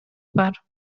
бар